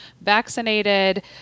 vaccinated